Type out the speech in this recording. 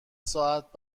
ساعت